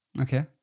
Okay